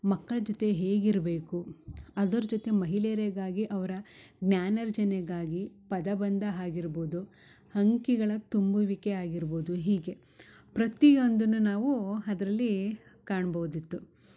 ಮಕ್ಕಳ ಜೊತೆ ಹೇಗಿರಬೇಕು ಅದರ ಜೊತೆ ಮಹಿಳೆರಿಗಾಗಿ ಅವರ ಜ್ಞಾನಾರ್ಜನೆಗಾಗಿ ಪದ ಬಂಧ ಆಗಿರ್ಬೋದು ಅಂಕಿಗಳ ತುಂಬುವಿಕೆ ಆಗಿರ್ಬೋದು ಹೀಗೆ ಪ್ರತಿಯೊಂದುನು ನಾವೂ ಅದ್ರಲ್ಲೀ ಕಾಣಬೋದಿತ್ತು